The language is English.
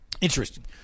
Interesting